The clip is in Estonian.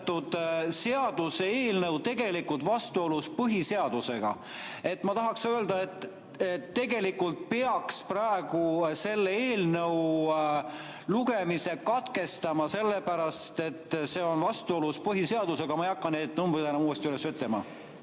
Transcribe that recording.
vastuolus põhiseadusega. Ma tahan öelda, et tegelikult peaks praegu selle eelnõu lugemise katkestama, sellepärast et see on vastuolus põhiseadusega. Ma ei hakka neid numbreid enam uuesti üles ütlema.